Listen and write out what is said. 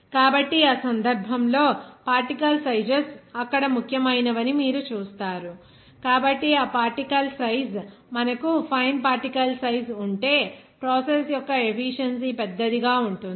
కాబట్టి ఆ సందర్భంలో పార్టికల్ సైజెస్ అక్కడ ముఖ్యమైనవి అని మీరు చూస్తారు కాబట్టి ఈ పార్టికల్ సైజు మనకు ఫైన్ పార్టికల్ సైజు ఉంటే ప్రాసెస్ యొక్క ఎఫీషియెన్సీ పెద్దదిగా ఉంటుంది